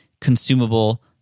consumable